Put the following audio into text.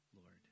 Lord